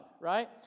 right